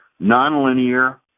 nonlinear